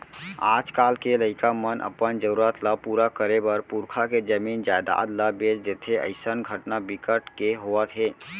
आजकाल के लइका मन अपन जरूरत ल पूरा करे बर पुरखा के जमीन जयजाद ल बेच देथे अइसन घटना बिकट के होवत हे